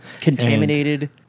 Contaminated